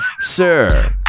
sir